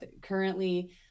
Currently